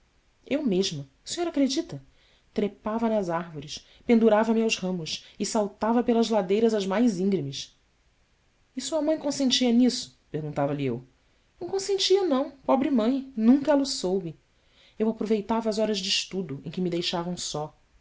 eu mesma o senhor acredita trepava nas árvores pendurava me aos ramos e saltava pelas ladeiras as mais íngremes sua mãe consentia nisso perguntava-lhe eu ão consentia não pobre mãe nunca ela o soube eu aproveitava as horas de estudo em que me deixavam só